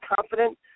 confident